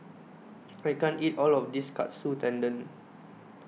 I can't eat All of This Katsu Tendon